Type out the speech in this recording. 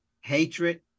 hatred